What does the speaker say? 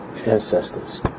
ancestors